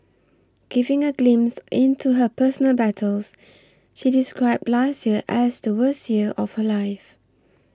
giving a glimpse into her personal battles she described last year as the worst year of her life